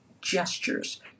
gestures